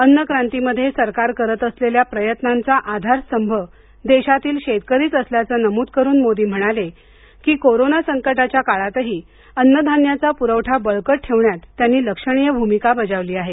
अन्न क्रांतीमध्ये सरकार करत असलेल्या प्रयत्नांचा आधारस्तंभ देशातील शेतकरीच असल्याचं नमूद करुन मोदी म्हणाले की कोरोना संकटाच्या काळातही अन्नधान्याचा पुरवठा बळकट ठेवण्यात त्यांनी लक्षणीय भूमिका बजावली आहे